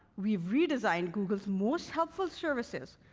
we've redesigned google's most helpful services,